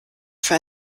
für